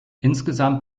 insgesamt